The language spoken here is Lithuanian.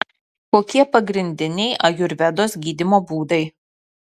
kokie pagrindiniai ajurvedos gydymo būdai